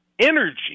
energy